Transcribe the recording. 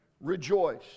rejoice